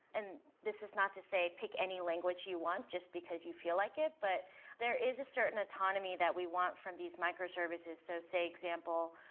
and this is not to say pick any language you want just because you feel like it, but there is a certain autonomy that we want from these microservices. so say, example,